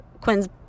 Quinn's